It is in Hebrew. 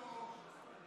כבוד היושב-ראש,